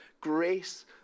grace